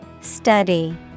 Study